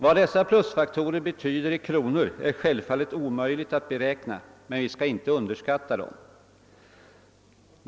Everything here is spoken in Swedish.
Vad dessa plusfaktorer betyder i kronor är självfallet omöjligt att beräkna, men vi skall inte underskatta dem.